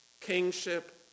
Kingship